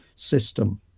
system